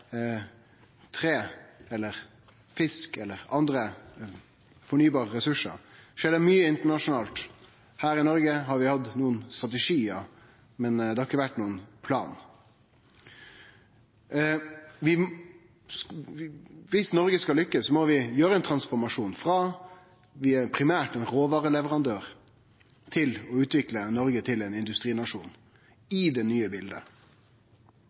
tre, fisk og andre fornybare ressursar – skjer det mykje internasjonalt. Her i Noreg har vi hatt nokre strategiar, men det har ikkje vore nokon plan. Viss Noreg skal lukkast, må vi gjere ein transformasjon frå primært å vere ein råvareleverandør til å utvikle Noreg til ein industrinasjon i det nye bildet.